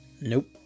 nope